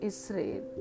Israel